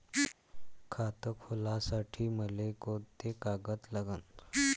खात खोलासाठी मले कोंते कागद लागन?